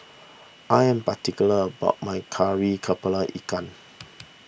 I am particular about my Kari Kepala Ikan